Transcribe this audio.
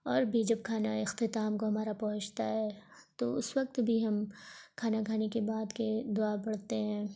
اور بھی جب کھانا اختتام کو ہمارا پہنچتا ہے تو اس وقت بھی ہم کھانا کھانے کے بعد کی دعا پڑھتے ہیں